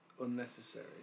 unnecessary